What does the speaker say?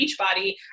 Beachbody